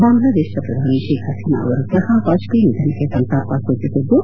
ಬಾಂಗ್ಲಾದೇಶದ ಪ್ರಧಾನಿ ಶೇಕ್ ಹಸೀನಾ ಅವರು ಸಹ ವಾಜಪೇಯಿ ನಿಧನಕ್ಕೆ ಸಂತಾಪ ಸೂಚಿಸಿದ್ದು